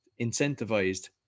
incentivized